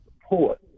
support